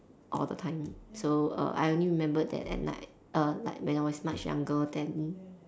all the time so err I only remember that at night err like when I was much younger then